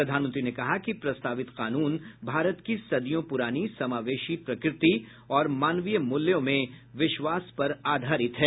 प्रधानमंत्री ने कहा है कि प्रस्तावित कानून भारत की सदियों पुरानी समावेशी प्रकृति और मानवीय मूल्यों में विश्वास पर आधारित है